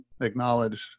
acknowledge